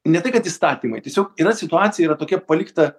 ne tai kad įstatymai tiesiog yra situacija yra tokia palikta